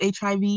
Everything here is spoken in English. HIV